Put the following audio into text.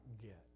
get